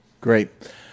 great